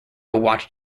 watched